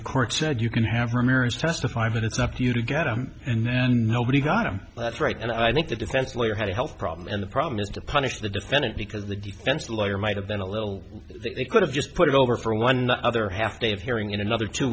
the court said you can have her marriage testify but it's up to you to get him and then nobody got him that's right and i think the defense lawyer had a health problem and the problem is to punish the defendant because the defense lawyer might have been a little they could have just put it over for one the other half they have hearing in another two